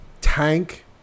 tank